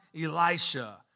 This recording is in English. Elisha